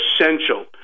essential